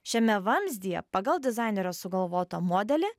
šiame vamzdyje pagal dizainerio sugalvotą modelį